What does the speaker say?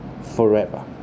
forever